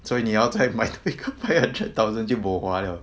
所以你要再买多一个 five hundred thousand 就 bo hua 了